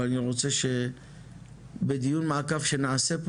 אבל אני רוצה שבדיון מעקף שנעשה פה